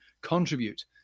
contribute